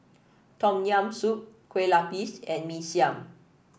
Tom Yam Soup Kueh Lapis and Mee Siam